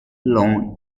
lawn